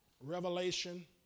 revelation